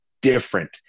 different